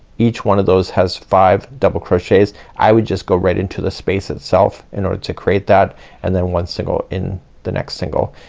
each one of those has five double crochets. i would just go right into the space itself in order to create that and then one single in the next single.